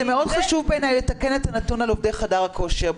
זה מאוד חשוב בעיניי לתקן את הנתון על עובדי חדר הכושר.